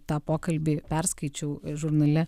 tą pokalbį perskaičiau žurnale